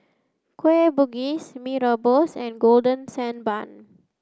Kueh Bugis Mee Rebus and Golden Sand Bun